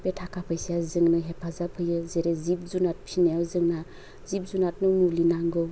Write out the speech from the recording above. बे ताका फैसाया जोंनो हेफाजाब होयो जेरै जिब जुनाद फिनायाव जोंहा जिब जुनादनो मुलि नांगौ